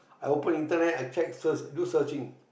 I open internet I check first do searching